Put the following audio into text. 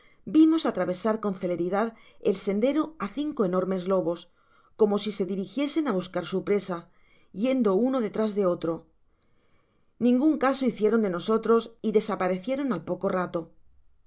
vimos atravesar con celeridad el sendero á cinco enormes lobos como si se dirigiesen á buscar su presa yendo uno detras de otro ningun caso hicieron de nosotros y desaparecieron al poco rato